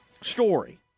story